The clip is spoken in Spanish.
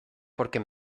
porque